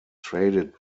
traded